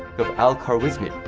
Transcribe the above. of al-khwarizmi,